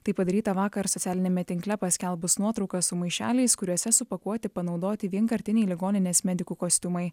tai padaryta vakar socialiniame tinkle paskelbus nuotraukas su maišeliais kuriuose supakuoti panaudoti vienkartiniai ligoninės medikų kostiumai